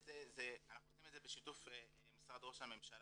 אנחנו עושים את זה בשיתוף משרד ראש הממשלה,